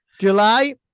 July